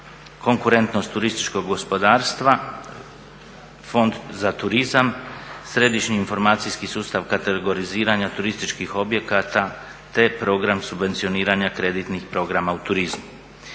konkurentnost turističkog gospodarstva, Fond za turizam, Središnji informacijski sustav kategoriziranja turističkih objekata, te Program subvencioniranja kreditnih programa u turizmu.